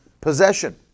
possession